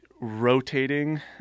rotating